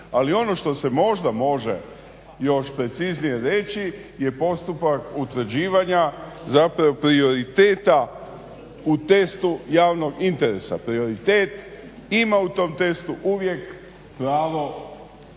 Ali ono što se možda može još preciznije reći, je postupak utvrđivanja, zapravo prioriteta u testu javnog interesa. Prioritet ima u tom testu uvijek pravo saznati